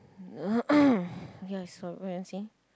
ya I saw what you want say